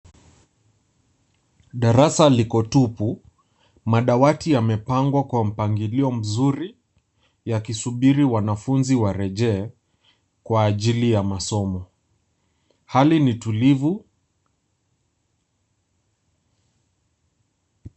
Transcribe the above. Darasa liko tupu, madawati yamepangwa kwa mpangilio mzuri, yakisubiri wanafunzi warejee, kwa ajili ya masomo. Hali ni tulivu.